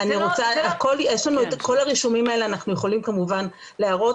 --- כל הרישומים האלה אנחנו יכולים כמובן להראות,